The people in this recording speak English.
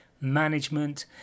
management